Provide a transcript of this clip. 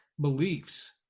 beliefs